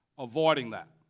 avoiding that.